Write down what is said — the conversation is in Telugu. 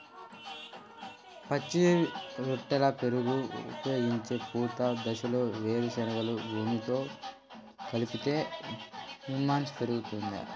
పచ్చి రొట్టెల పైరుగా ఉపయోగించే పూత దశలో వేరుశెనగను భూమిలో కలిపితే హ్యూమస్ పెరుగుతుందా?